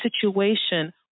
situation